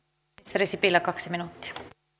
pääministeri sipilä kaksi minuuttia